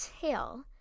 tail